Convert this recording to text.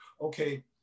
Okay